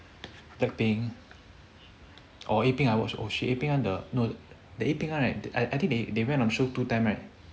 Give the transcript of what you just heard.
blackpink oh apink I watch oh shit apink one the no the apink one right I think they went on show two time right